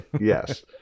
Yes